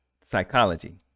psychology